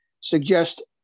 suggest